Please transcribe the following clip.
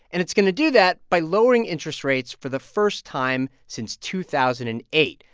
and it's going to do that by lowering interest rates for the first time since two thousand and eight,